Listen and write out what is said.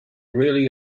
really